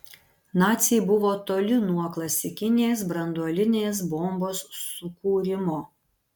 naciai buvo toli nuo klasikinės branduolinės bombos sukūrimo